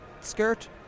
skirt